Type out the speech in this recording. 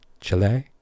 Chile